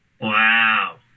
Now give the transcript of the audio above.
Wow